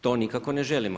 To nikako ne želimo.